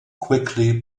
quickly